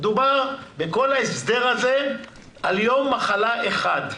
דובר בכל ההסדר הזה על יום מחלה אחד.